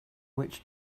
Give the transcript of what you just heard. which